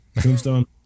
Tombstone